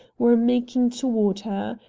were making toward her.